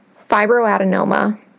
Fibroadenoma